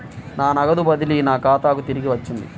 నా నగదు బదిలీ నా ఖాతాకు తిరిగి వచ్చింది